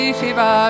Shiva